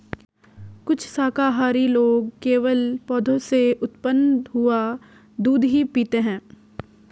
कुछ शाकाहारी लोग केवल पौधों से उत्पन्न हुआ दूध ही पीते हैं